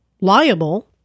liable